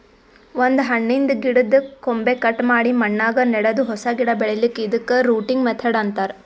ಒಂದ್ ಹಣ್ಣಿನ್ದ್ ಗಿಡದ್ದ್ ಕೊಂಬೆ ಕಟ್ ಮಾಡಿ ಮಣ್ಣಾಗ ನೆಡದು ಹೊಸ ಗಿಡ ಬೆಳಿಲಿಕ್ಕ್ ಇದಕ್ಕ್ ರೂಟಿಂಗ್ ಮೆಥಡ್ ಅಂತಾರ್